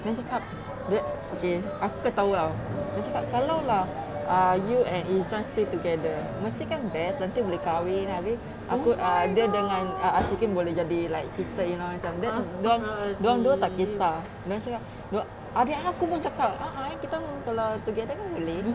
dia cakap that okay aku ketawa [tau] dia cakap kalau lah err you and izuan still together mesti kan best nanti boleh kahwin abeh aku dia dengan ashikin boleh jadi like sister-in-law dia orang dua tak kisah adik aku pun cakap a'ah eh kita orang kalau together kan boleh